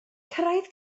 cyrraedd